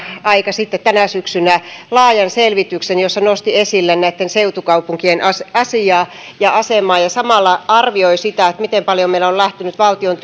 aika sitten tänä syksynä laajan selvityksen jossa hän nosti esille näitten seutukaupunkien asiaa ja asemaa ja samalla arvioi sitä miten paljon meillä on lähtenyt valtion